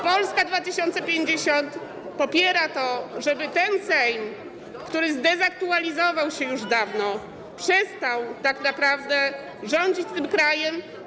Polska 2050 popiera to, żeby ten Sejm, który zdezaktualizował się już dawno, przestał tak naprawdę rządzić tym krajem.